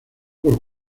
por